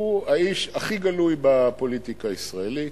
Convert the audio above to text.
הוא האיש הכי גלוי בפוליטיקה הישראלית.